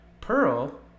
Pearl